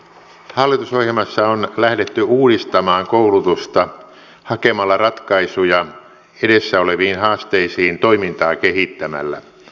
hallitusohjelmassa on lähdetty uudistamaan koulutusta hakemalla ratkaisuja edessä oleviin haasteisiin toimintaa kehittämällä